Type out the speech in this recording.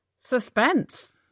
Suspense